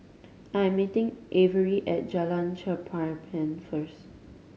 I am meeting Averi at Jalan Cherpen first